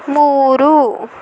ಮೂರು